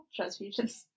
transfusions